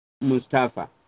Mustafa